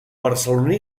barceloní